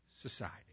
society